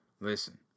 Listen